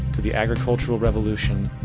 to the agricultural revolution,